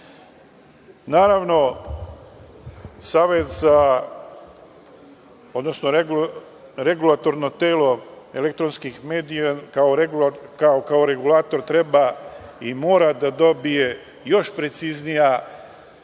ove sfere. Naravno, Regulatorno telo elektronskim medija kao regulator treba i mora da dobije još preciznija